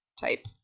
type